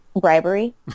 bribery